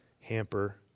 hamper